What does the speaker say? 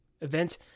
event